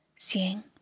Seeing